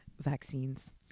vaccines